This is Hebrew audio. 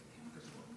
בסדר-היום: